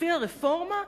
לפי הרפורמה,